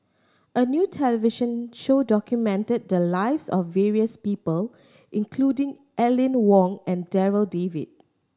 a new television show documented the lives of various people including Aline Wong and Darryl David